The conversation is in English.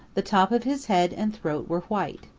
the top of his head and throat were white.